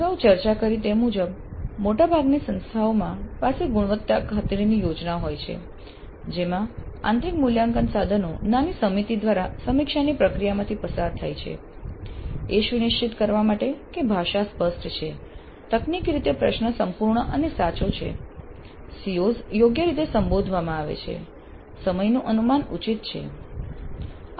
અગાઉ ચર્ચા કરી તે મુજબ મોટાભાગની સંસ્થાઓમાં પાસે ગુણવત્તા ખાતરી યોજના હોય છે જેમાં આંતરિક મૂલ્યાંકન સાધનો નાની સમિતિ દ્વારા સમીક્ષાની પ્રક્રિયામાંથી પસાર થાય છે એ સુનિશ્ચિત કરવા માટે કે ભાષા સ્પષ્ટ છે તકનીકી રીતે પ્રશ્ન સંપૂર્ણ અને સાચો છે COs યોગ્ય રીતે સંબોધવામાં આવે છે સમયનું અનુમાન ઉચિત છે